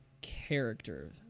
character